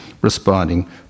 responding